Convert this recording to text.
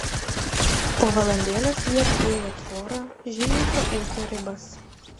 po valandėlės jie priėjo tvorą žyminčią ūkio ribas